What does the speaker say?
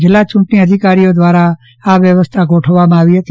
જિલ્લા ચૂંટણી અધિકારીઓ દ્વારા આ વ્યવસ્થા ગોઠવવામાં આવી હતી